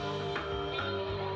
oh